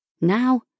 Now